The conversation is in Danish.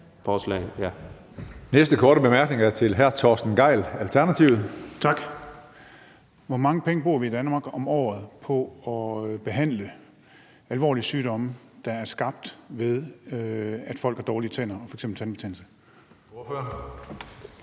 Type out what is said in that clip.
Næste korte bemærkning er til hr. Torsten Gejl, Alternativet. Kl. 16:09 Torsten Gejl (ALT): Tak. Hvor mange penge bruger vi i Danmark om året på at behandle alvorlige sygdomme, der er skabt, ved at folk har dårlige tænder, f.eks. tandbetændelse?